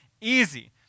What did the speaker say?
easy